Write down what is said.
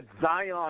Zion